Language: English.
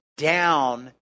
Down